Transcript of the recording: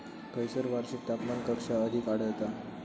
खैयसर वार्षिक तापमान कक्षा अधिक आढळता?